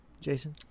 Jason